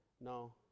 no